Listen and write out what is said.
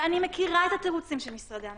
ואני מכירה את התירוצים של משרדי הממשלה,